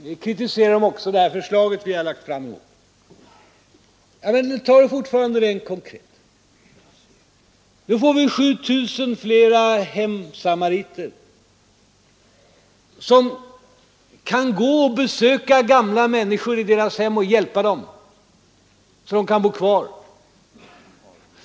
De kritiserar också de förslag som vi har lagt fram i år. Tag det fortfarande rent konkret! Med vårt förslag får vi 7 000 fler hemsamariter, som kan gå och besöka gamla människor i deras hem och hjälpa dem så att de kan bo kvar.